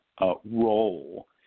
role